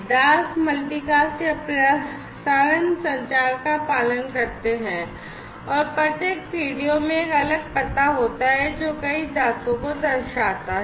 दास multicast या प्रसारण संचार का पालन करते हैं और प्रत्येक पीडीओ में एक अलग पता होता है जो कई दासों को दर्शाता है